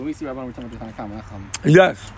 Yes